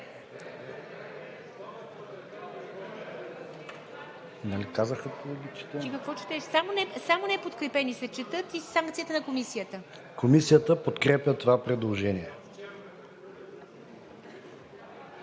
Комисията подкрепя това предложение.